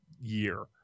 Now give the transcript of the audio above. year